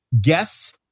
guess